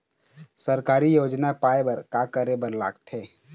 सरकारी योजना पाए बर का करे बर लागथे?